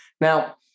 Now